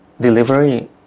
delivery